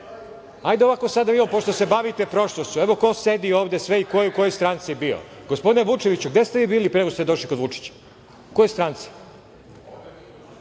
hajde sad da vidimo, pošto se bavite prošlošću, evo ko sedi ovde sve i ko je u kojoj stranci bio. Gospodine Vučeviću, gde ste vi bili pre nego što ste došli kod Vučića, u kojoj stranci?